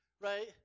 right